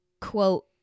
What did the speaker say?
quote